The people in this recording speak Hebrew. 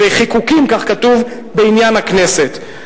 וחיקוקים", כך כתוב, "בעניין הכנסת".